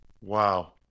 Wow